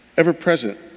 Ever-present